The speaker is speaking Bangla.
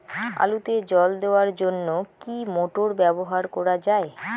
আলুতে জল দেওয়ার জন্য কি মোটর ব্যবহার করা যায়?